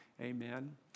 Amen